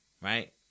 Right